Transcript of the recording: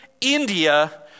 India